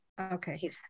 okay